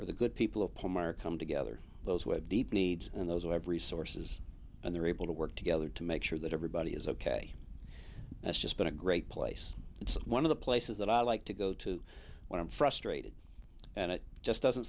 where the good people of palmyra come together those who have deep needs and those who have resources and they're able to work together to make sure that everybody is ok that's just been a great place it's one of the places that i like to go to when i'm frustrated and it just doesn't